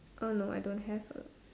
oh no I don't have